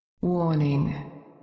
Warning